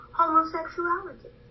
homosexuality